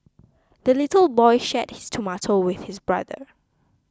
the little boy shared his tomato with his brother